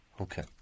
Okay